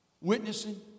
witnessing